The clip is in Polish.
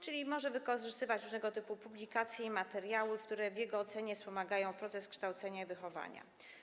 A zatem może wykorzystywać różnego typu publikacje i materiały, które w jego ocenie wspomagają proces kształcenia i wychowania.